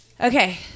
okay